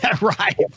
Right